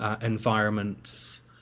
environments